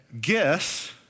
Guess